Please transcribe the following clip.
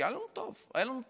כי היה לנו טוב, היה לנו טוב.